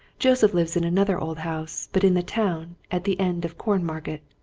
joseph lives in another old house, but in the town, at the end of cornmarket.